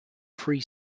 free